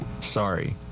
Sorry